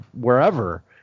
wherever